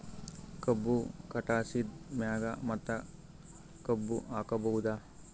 ಕಬ್ಬು ಕಟಾಸಿದ್ ಮ್ಯಾಗ ಮತ್ತ ಕಬ್ಬು ಹಾಕಬಹುದಾ?